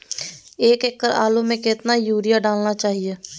एक एकड़ आलु में कितना युरिया डालना चाहिए?